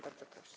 Bardzo proszę.